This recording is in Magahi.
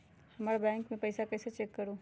हमर बैंक में पईसा कईसे चेक करु?